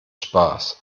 spaß